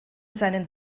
seinen